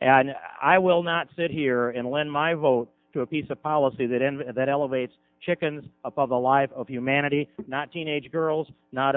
and i will not sit here and lend my vote to a piece of policy that and that elevates chickens above the lives of humanity not teenage girls not